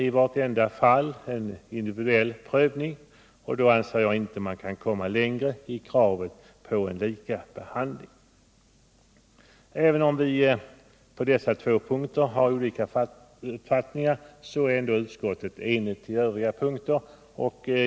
I vartenda fall görs en individuell prövning — jag tror inte att man kan komma längre i kravet på lika behandling. Även om vi på dessa två punkter har olika uppfattningar är ändå utskottet enigt i övriga punkter.